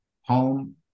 Home